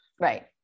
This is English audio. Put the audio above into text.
Right